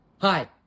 Hi